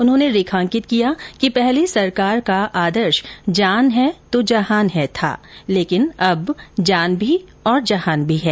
उन्होंने रेखांकित किया कि पहले सरकार का आदर्श जान है तो जहान है था लेकिन अब जान भी और जहान भी है